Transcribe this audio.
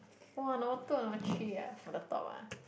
!wah! number two or number three ah for the top ah